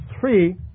three